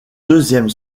deuxième